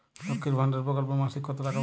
লক্ষ্মীর ভান্ডার প্রকল্পে মাসিক কত টাকা পাব?